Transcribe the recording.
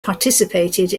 participated